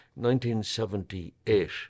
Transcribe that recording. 1978